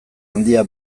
handia